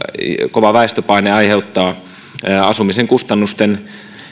kova väestöpaine aiheuttaa asumisen kustannusten